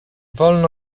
wolno